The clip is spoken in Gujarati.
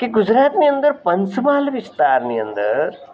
કે ગુજરાતની અંદર પંચમહાલ વિસ્તારની અંદર